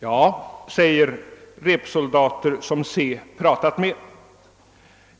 Ja, säger repsoldater som Se pratat med.